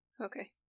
Okay